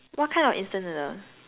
what kind of instant noodles